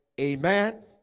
Amen